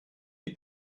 die